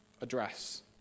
address